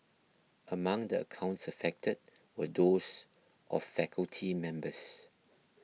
among the accounts affected were those of faculty members